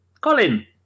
colin